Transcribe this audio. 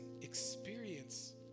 experience